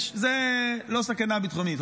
זה לא סכנה ביטחונית.